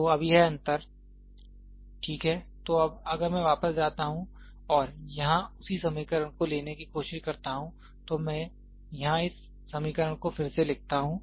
तो अब यह अंतर ठीक है तो अब अगर मैं वापस जाता हूं और यहां उसी समीकरण को लेने की कोशिश करता हूं तो मैं यहां इस समीकरण को फिर से लिखता हूं